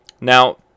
Now